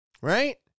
right